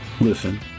listen